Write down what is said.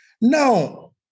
Now